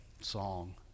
song